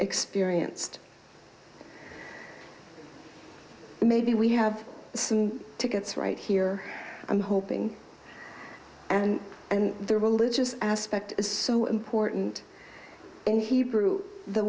experienced maybe we have some tickets right here i'm hoping and and the religious aspect is so important in hebrew the